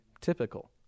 typical